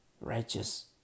Righteous